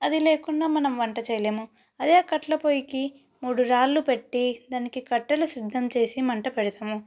అది లేకుండా మనం వంట చేయలేము అదే కట్టెలపొయ్యికి మూడు రాళ్ళు పెట్టి దానికి కట్టెలు సిద్ధం చేసి మంట పెడతాము